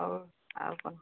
ହଉ ଆଉ କ'ଣ